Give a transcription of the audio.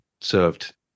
served –